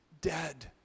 Dead